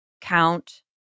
count